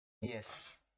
Yes